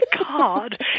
God